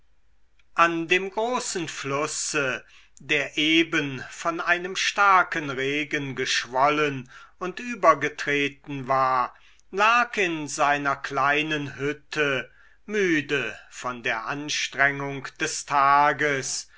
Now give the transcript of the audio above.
an dem großen flusse der eben von einem starken regen geschwollen und übergetreten war lag in seiner kleinen hütte müde von der anstrengung des tages